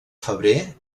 febrer